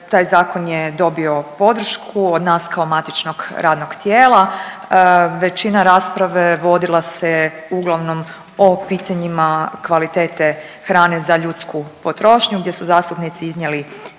Taj zakon je dobio podršku od nas kao matičnog radnog tijela. Većina rasprave vodila se uglavnom o pitanjima kvalitete hrane za ljudsku potrošnju, gdje su zastupnici iznijeli